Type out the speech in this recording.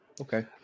okay